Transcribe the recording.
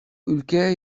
ülkeye